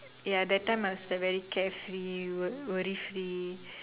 ya that time I was a very carefree uh worry free